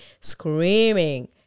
screaming